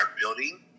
building